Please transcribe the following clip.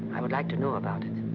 i would like to know about it.